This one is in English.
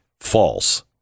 false